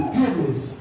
goodness